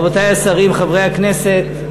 רבותי השרים, חברי הכנסת,